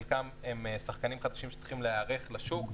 חלקם הם שחקנים חדשים שצריכים להיערך לשוק,